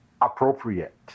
appropriate